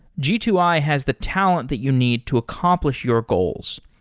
g two i has the talent that you need to accomplish your goals.